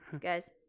guys